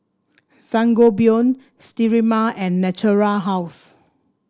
Sangobion Sterimar and Natura House